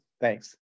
Thanks